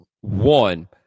one